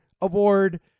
award